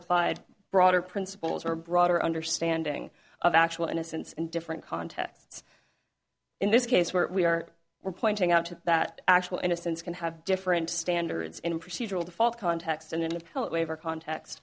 applied broader principles or broader understanding of actual innocence and different contexts in this case where we are were pointing out that actual innocence can have different standards in procedural default context and in appellate waiver cont